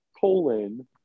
colon